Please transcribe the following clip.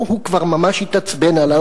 הוא כבר ממש התעצבן עלי.